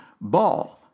Ball